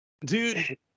Dude